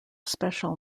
special